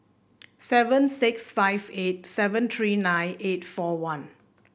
seven six five eight seven three nine eight four one